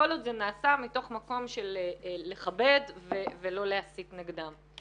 כל עוד זה נעשה מתוך מקום של לכבד ולא להסית נגדם.